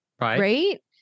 right